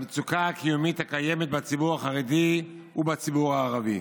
למצוקה הקיומית הקיימת בציבור החרדי ובציבור הערבי.